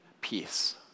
peace